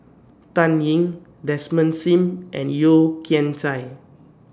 Dan Ying Desmond SIM and Yeo Kian Chai